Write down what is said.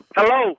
Hello